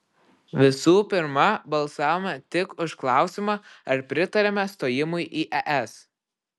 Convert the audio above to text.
visų pirma balsavome tik už klausimą ar pritariame stojimui į es